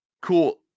Cool